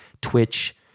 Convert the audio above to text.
Twitch